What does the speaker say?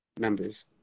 members